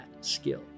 skill